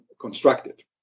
constructed